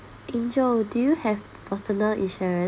angel do you have personal insurance